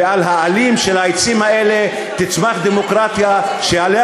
ועל העלים של העצים האלה תצמח דמוקרטיה שעליה